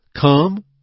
Come